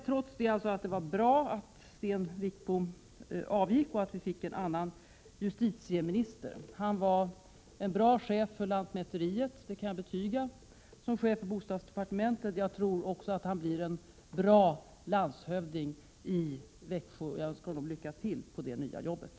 Trots att jag tycker att det var bra att Sten Wickbom avgick och att vi fick en annan justitieminister, vill jag framhålla att han var en bra chef för lantmäteriverket — det kan jag betyga, eftersom jag då var chef för bostadsdepartementet. Jag tror att han också blir en bra landshövding i Växjö och önskar honom lycka till i sitt nya arbete.